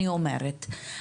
אני אומרת.